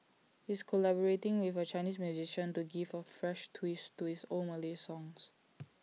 he is collaborating with A Chinese musician to give A fresh twist to it's old Malay songs